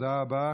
תודה רבה.